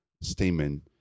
statement